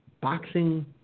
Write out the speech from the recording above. Boxing